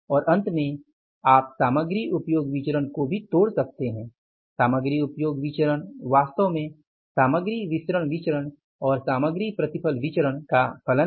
और अंत में आप सामग्री उपयोग विचरण को भी तोड़ सकते है सामग्री उपयोग विचरण वास्तव में सामग्री मिश्रण विचरण और सामग्री प्रतिफल विचरण का फलन है